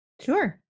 Sure